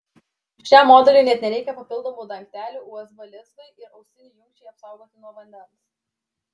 šiam modeliui net nereikia papildomų dangtelių usb lizdui ir ausinių jungčiai apsaugoti nuo vandens